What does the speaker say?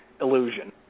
illusion